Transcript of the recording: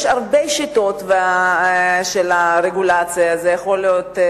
יש הרבה שיטות של רגולציה, זה יכול להיות,